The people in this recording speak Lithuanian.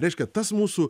reiškia tas mūsų